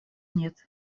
нет